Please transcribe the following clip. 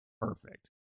Perfect